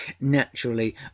Naturally